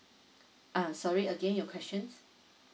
uh sorry again your questions